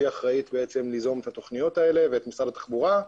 שהיא אחראית ליזום את התכניות האלה ואת משרד התחבורה,